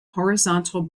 horizontal